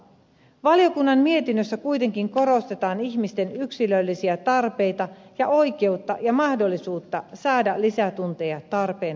valiokunnan mietinnössä kuitenkin korostetaan ihmisten yksilöllisiä tarpeita ja oikeutta ja mahdollisuutta saada lisätunteja tarpeen mukaisesti